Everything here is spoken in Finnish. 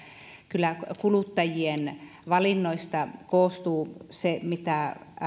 kyllä kuluttajien valinnoista koostuu se mitä